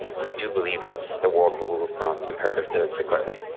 we do believe that the world will move from imperative to declarative.